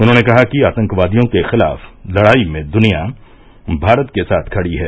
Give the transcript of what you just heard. उन्होंने कहा कि आतंकवादियों के खिलाफ लड़ाई में दुनिया भारत के साथ खड़ी है